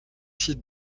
sites